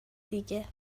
دیگه